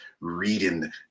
reading